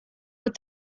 but